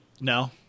no